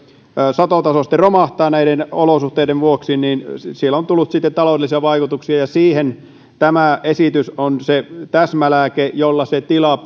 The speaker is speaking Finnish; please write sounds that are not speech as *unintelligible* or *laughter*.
satotaso on romahtanut näiden olosuhteiden vuoksi niin sillä on ollut taloudellisia vaikutuksia siihen tämä esitys on se täsmälääke jolla se tila *unintelligible*